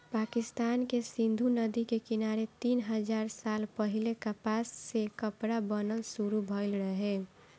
पाकिस्तान के सिंधु नदी के किनारे तीन हजार साल पहिले कपास से कपड़ा बनल शुरू भइल रहे